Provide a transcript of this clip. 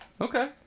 Okay